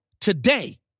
today